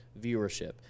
viewership